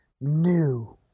new